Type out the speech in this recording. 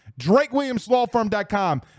DrakeWilliamsLawFirm.com